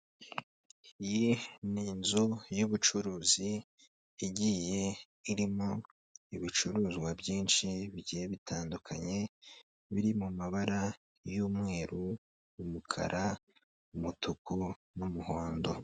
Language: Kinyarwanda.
Iyi ni nzu y'ubucuruzi igiye irimo ibicuruzwa byinshi bigiye bitandukanye, biri mu mabara y'umweru, umukara, umutuku n'umuhondo.